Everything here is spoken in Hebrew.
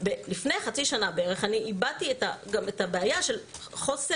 לפני כחצי שנה הבעתי גם את הבעיה של חוסר